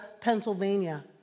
Pennsylvania